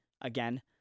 again